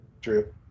True